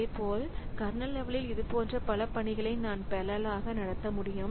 இதேபோல் கர்னல் லெவலில் இதுபோன்ற பல பணிகளை நான் பெரலல்லாக நடத்த முடியும்